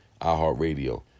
iHeartRadio